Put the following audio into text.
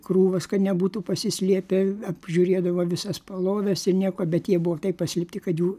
krūvas kad nebūtų pasislėpę apžiūrėdavo visas paloves ir nieko bet jie buvo taip paslėpti kad jų